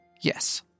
Yes